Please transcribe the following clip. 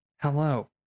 hello